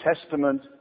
Testament